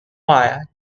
wire